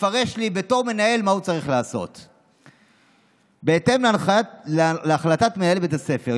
יפרש לי מה הוא צריך לעשות בתור מנהל: בהתאם להחלטת מנהל בית הספר,